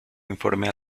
informe